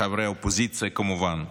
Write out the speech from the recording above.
לחברי האופוזיציה, כמובן,